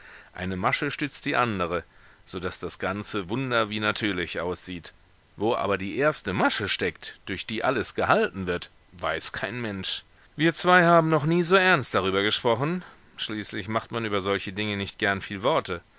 eine masche stützt die andere so daß das ganze wunder wie natürlich aussieht wo aber die erste masche steckt durch die alles gehalten wird weiß kein mensch wir zwei haben noch nie so ernst darüber gesprochen schließlich macht man über solche dinge nicht gern viel worte